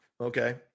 Okay